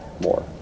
more